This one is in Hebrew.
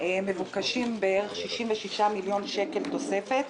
מבוקשים כ-66 מיליון שקל של תוספת.